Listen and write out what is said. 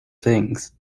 things